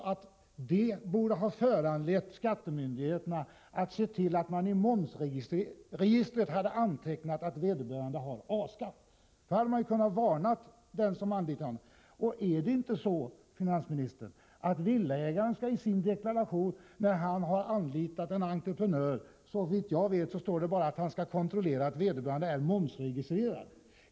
Detta borde ha föranlett skattemyndigheterna att se till att det i momsregistret antecknades att vederbörande har A-skatt. Därmed hade den som anlitar denne företagare blivit varnad. Är det inte så, finansministern, att det i bestämmelserna står att en villaägare som anlitar en entreprenör bara skall kontrollera att vederbörande är momsregistrerad?